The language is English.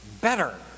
better